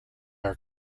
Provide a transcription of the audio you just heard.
are